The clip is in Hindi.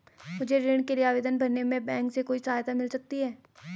मुझे ऋण के लिए आवेदन भरने में बैंक से कोई सहायता मिल सकती है?